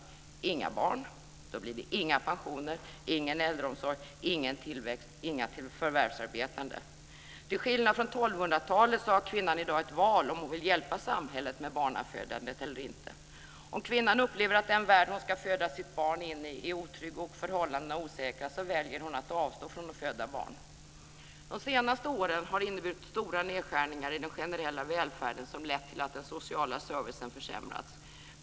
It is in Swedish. Om det inte finns några barn blir det inga pensioner, ingen äldreomsorg, ingen tillväxt och inga förvärvsarbetande. Till skillnad från på 1200-talet, har kvinnan i dag ett val om hon vill hjälpa samhället med barnafödandet eller inte. Om kvinnan upplever att den värld hon ska föda sitt barn in i är otrygg och förhållandena osäkra, väljer hon att avstå från att föda barn. De senaste åren har inneburit stora nedskärningar i den generella välfärden som lett till att den sociala servicen försämrats.